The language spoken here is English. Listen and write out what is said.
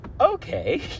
okay